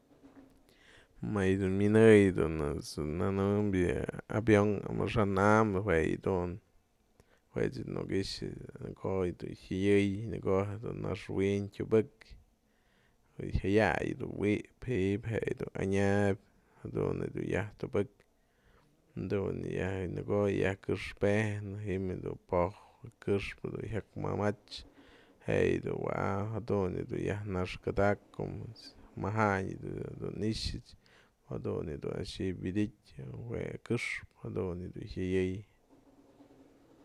Më yë dun minëyen yë dun ëjt's nënëm avion amaxa'an am, jue yë dun, jue ech dun nu'uk i'ixä në ko'o dun jyayëy në ko'o jedun naxwin tyubëk jaya'ay du wi'ipë jë yë dun anyäp jadun dun yajtubëk dun nëko'o ko'o yajkëxpejnë ji'im yë po'oj këxpë jiak mamach je yë dun wa'apë jadun yë dun yajnaxkanak kombë majandyë dun ni'ixet's jadun a'ax dun ji'ib wyaditë jue këxpë yë dun jiayëy